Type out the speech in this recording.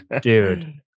Dude